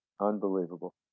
unbelievable